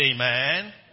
Amen